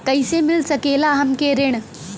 कइसे मिल सकेला हमके ऋण?